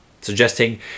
suggesting